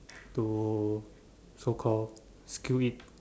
to so call skill it